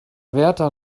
wärter